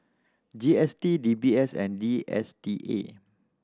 G S T D B S and D S T A